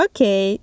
Okay